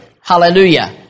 Hallelujah